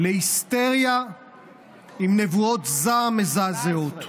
להיסטריה עם נבואות זעם מזעזעות.